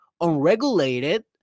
unregulated